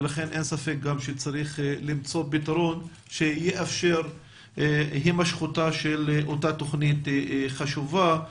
ולכן אין ספק שצריך למצוא פתרון שיאפשר הימשכותה של אותה תוכנית חשובה.